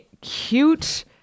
cute